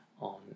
on